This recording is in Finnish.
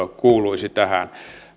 kuuluisi tähän